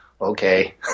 okay